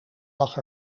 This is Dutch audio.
lag